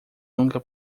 nunca